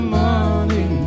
money